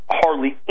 hardly